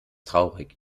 traurig